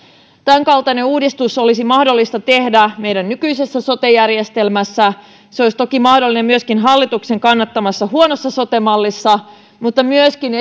tämänkaltainen uudistus olisi mahdollista tehdä meidän nykyisessä sote järjestelmässä se olisi toki mahdollinen myöskin hallituksen kannattamassa huonossa sote mallissa ja myöskin